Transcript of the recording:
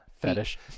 fetish